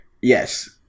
yes